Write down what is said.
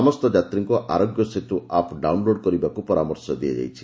ସମସ୍ତ ଯାତ୍ରୀଙ୍କୁ Aarogya Setu app download କରିବାକୁ ପରାମର୍ଶ ଦିଆଯାଇଛି